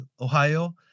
ohio